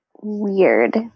Weird